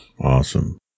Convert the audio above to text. Awesome